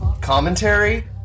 commentary